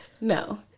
No